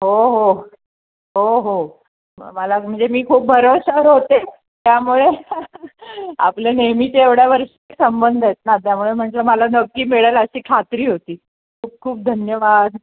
हो हो हो हो मला म्हणजे मी खूप भरवशावर होते त्यामुळे आपले नेहमीचे एवढ्या वर्षाचे संबंध आहेत ना त्यामुळे म्हणजे मला नक्की मिळेल अशी खात्री होती खूप खूप धन्यवाद